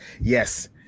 yes